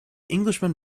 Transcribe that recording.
englishman